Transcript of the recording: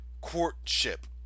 courtship